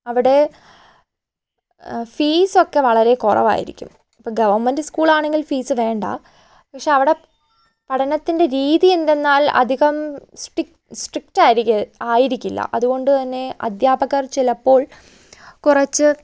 അവിടെ ഫീസൊക്കെ വളരെ കുറവായിരിക്കും ഇപ്പോൾ ഗവൺമെൻറ്റ് സ്കൂളാണെങ്കിൽ ഫീസ് വേണ്ട പക്ഷേ അവിടെ പഠനത്തിൻ്റെ രീതി എന്തെന്നാൽ അധികം സ്ട്രിക്ട് ആയിരിക്കില്ല അപ്പോൾ അതുകൊണ്ടുതന്നെ അധ്യാപകർ ചിലപ്പോൾ കുറച്ച്